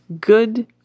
good